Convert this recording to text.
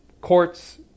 courts